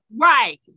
Right